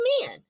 men